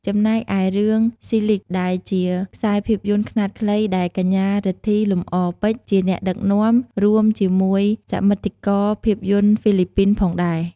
ចំណែកឯរឿង ស៊ីលីគ (Silig) ដែលជាខ្សែភាពយន្តខ្នាតខ្លីដែល កញ្ញា រិទ្ធី លំអរពេជ្រ ជាអ្នកដឹកនាំ រួមជាមួយសមិទ្ធិករភាពយន្តហ្វីលីពីនផងដែរ។